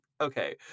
Okay